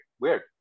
Weird